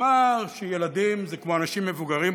אמר שילדים זה כמו אנשים מבוגרים,